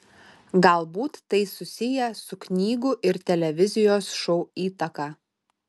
galbūt tai susiję su knygų ir televizijos šou įtaka